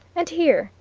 and here,